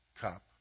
cup